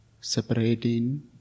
separating